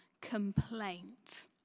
complaint